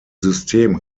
system